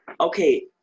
Okay